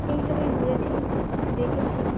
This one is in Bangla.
এইভাবেই ঘুরেছি দেখেছি